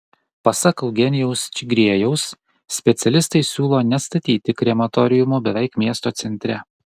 pasak eugenijaus čigriejaus specialistai siūlo nestatyti krematoriumo beveik miesto centre